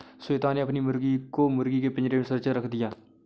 श्वेता ने अपनी मुर्गी को मुर्गी के पिंजरे में सुरक्षित रख दिया